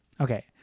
Okay